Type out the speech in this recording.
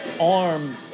arm